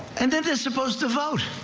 and that is supposed to vote.